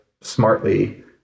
smartly